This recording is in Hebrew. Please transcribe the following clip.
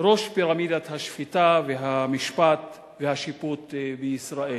ראש פירמידת השפיטה והמשפט והשיפוט בישראל.